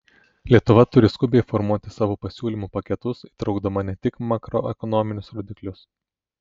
lietuva turi skubiai formuoti savo pasiūlymų paketus įtraukdama ne tik makroekonominius rodiklius